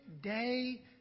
day